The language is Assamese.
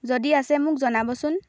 যদি আছে মোক জনাবচোন